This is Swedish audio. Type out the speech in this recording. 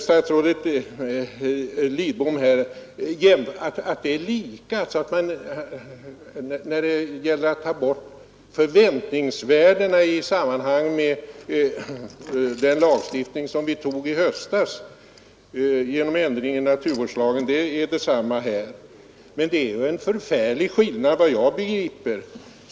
Statsrådet säger igen att förhållandena när det gäller förväntningsvärdena i detta sammanhang är likvärdiga med dem det var fråga om i samband med ändringen i naturvårdslagen i höstas. Men det är en förfärlig skillnad, såvitt jag begriper.